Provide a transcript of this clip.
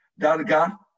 Darga